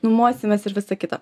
nuomosimės ir visa kita